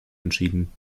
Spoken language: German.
entschieden